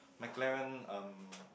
McLaren um